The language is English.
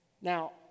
Now